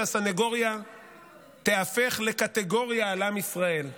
הסנגוריה תיהפך לקטגוריה על עם ישראל.